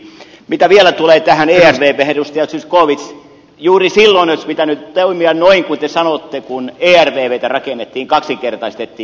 mitä vielä tulee tähän ervvhen edustaja zyskowicz juuri silloin olisi pitänyt toimia noin kuin te sanotte kun ervvtä rakennettiin kaksinkertaistettiin